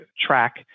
track